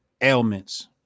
ailments